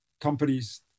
Companies